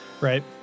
right